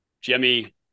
Jimmy